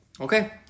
Okay